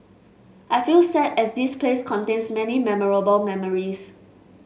I feel sad as this place contains many memorable memories